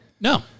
No